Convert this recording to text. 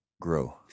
grow